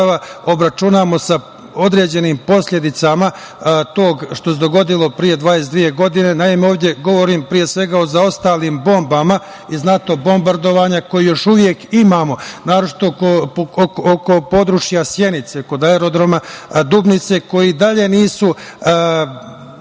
obračunamo sa određenim posledicama toga što se dogodilo pre 22 godine. Naime, ovde govorim pre svega o zaostalim bombama iz NATO bombardovanja kojih još uvek imamo, naročito oko područja Sjenice kod aerodroma "Dubnice", koje i dalje nisu